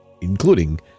including